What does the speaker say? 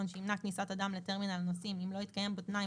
שימנע כניסת אדם לטרמינל הנוסעים אם לא התקיים בו תנאי